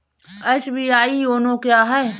SBI YONO क्या है?